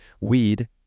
weed